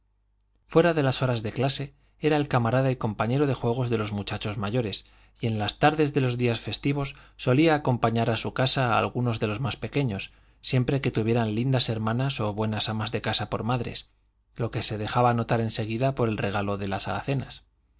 fuera de las horas de clase era el camarada y compañero de juegos de los muchachos mayores y en las tardes de los días festivos solía acompañar a su casa a algunos de los más pequeños siempre que tuvieran lindas hermanas o buenas amas de casa por madres lo que se dejaba notar en seguida por el regalo de las alacenas